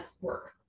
work